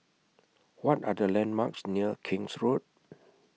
What Are The landmarks near King's Road